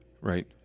Right